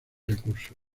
recursos